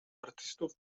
artystów